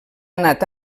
anat